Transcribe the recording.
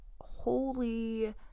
holy